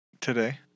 Today